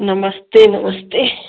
नमस्ते नमस्ते